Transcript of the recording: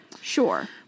Sure